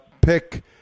pick